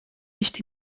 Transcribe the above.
nicht